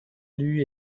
lui